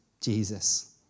Jesus